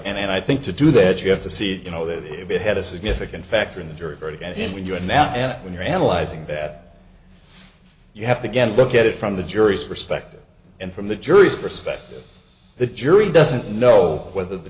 right and i think to do that you have to see you know that it had a significant factor in the jury verdict and then when you have now and when you're analyzing that you have to get a look at it from the jury's perspective and from the jury's perspective the jury doesn't know whether the